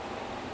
ya